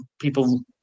people